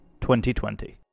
2020